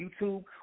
YouTube